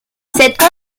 cette